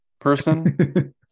person